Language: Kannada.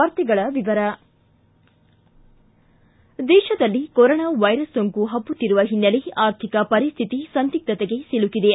ವಾರ್ತೆಗಳ ವಿವರ ದೇಶದಲ್ಲಿ ಕೊರೋನಾ ವೈರಸ್ ಸೋಂಕು ಹಬ್ಬುತ್ತಿರುವ ಹಿನ್ನೆಲೆ ಆರ್ಥಿಕ ಪರಿಸ್ತಿತಿ ಸಂದಿಗ್ದತೆಗೆ ಸಿಲುಕಿದೆ